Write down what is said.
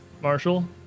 Marshall